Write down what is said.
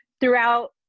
throughout